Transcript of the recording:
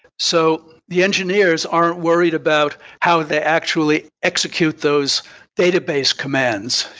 so the engineers aren't worried about how they actually execute those database commands.